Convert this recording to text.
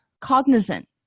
cognizant